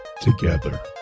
together